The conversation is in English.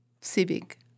civic